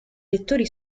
lettori